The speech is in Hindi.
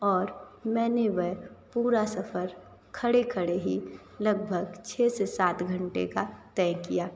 और मैंने वह पूरा सफर खड़े खड़े ही लगभग छः से सात घंटे का तय किया